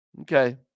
Okay